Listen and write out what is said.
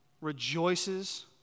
rejoices